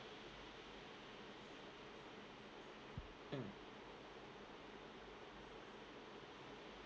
mm